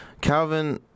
Calvin